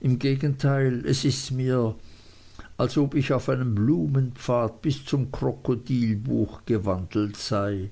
im gegenteil es ist mir als ob ich auf einem blumenpfad bis zum krokodilbuch gewandelt sei